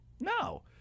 No